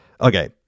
Okay